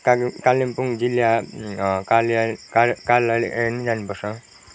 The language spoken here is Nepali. काले कालिम्पोङ जिल्ला काल् कार्यलय नै जानु पर्छ